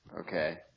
Okay